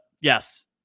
yes